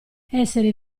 essere